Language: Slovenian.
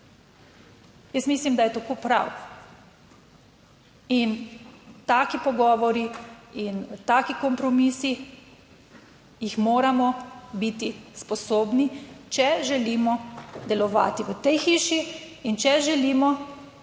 Jaz mislim, da je tako prav. In taki pogovori in taki kompromisi, jih moramo biti sposobni, če želimo delovati v tej hiši in če želimo povečati